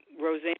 Roseanne